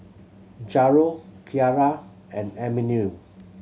Jairo Kyara and Emanuel